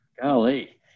Golly